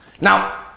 Now